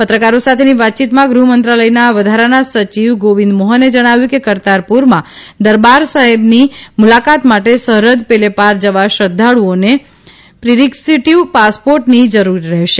પત્રકારો સાથેની વાતચીતમાં ગૃહમંત્રાલયના વધારાના સચિવ ગોવિંદ મોહને જણાવ્યું કે કરતારપુરમાં દરબાર સાહિબની મુલાકાત માટે સરહદ પેલેપાર જવા શ્રદ્વાળુઓને પાસપોર્ટની જરૂર રહેશે